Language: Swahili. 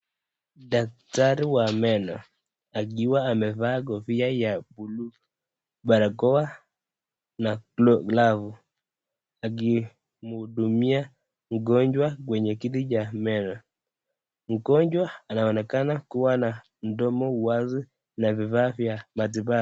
Daktari wa meno akiwa amevaa kofia ya buluu, barakoa na glavu akimhudumia mgonjwa kwenye kiti cha meno. Mgonjwa anaonekana kuwa na mdomo wazi na vifaa vya matibabu.